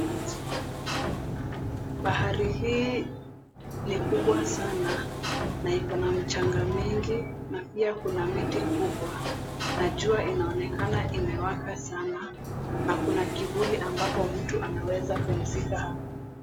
Bahari hii ni kubwa sana na ikona mchanga mwingi na pia kuna miti kubwa na jua inaonekana imewaka sana na kuna kivuli ambapo mtu anaweza pumzika hapo.